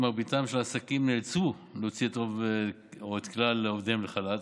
מרביתם של העסקים נאלצו להוציא את רוב או את כלל עובדיהם לחל"ת,